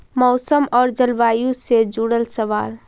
मौसम और जलवायु से जुड़ल सवाल?